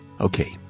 Okay